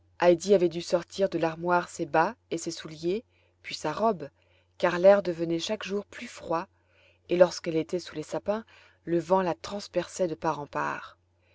avait dû sortir de l'armoire ses bas et ses souliers puis sa robe car l'air devenait chaque jour plus froid et lorsqu'elle était sous les sapins le vent la transperçait de part